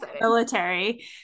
military